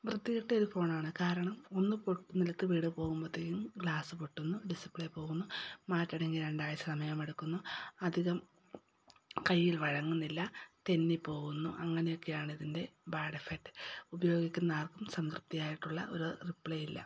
വൃത്തികെട്ട ഒരു ഫോണാണ് കാരണം ഒന്ന് നിലത്ത് വീണുപോകുമ്പോഴത്തേക്ക് ഗ്ലാസ്സ് പൊട്ടുന്നു ഡിസ്പ്ലേ പോകുന്നു മാറ്റണമെങ്കിൽ രണ്ടാഴ്ച സമയമെടുക്കുന്നു അധികം കയ്യിൽ വഴങ്ങുന്നില്ല തെന്നിപ്പോകുന്നു അങ്ങനെയൊക്കെയാണ് ഇതിന്റെ ബാഡ് എഫെക്ട് ഉപയോഗിക്കുന്ന ആർക്കും സംതൃപ്തി ആയിട്ടുള്ള ഒരു റിപ്ലൈ ഇല്ല